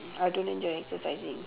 I don't enjoy exercising